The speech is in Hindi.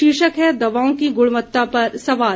शीर्षक है दवाओं की गुणवत्ता पर सवाल